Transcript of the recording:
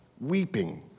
weeping